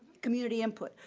community input,